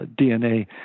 DNA